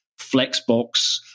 Flexbox